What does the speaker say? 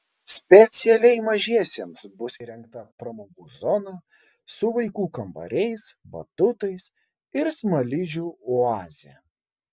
specialiai mažiesiems bus įrengta pramogų zona su vaikų kambariais batutais ir smaližių oaze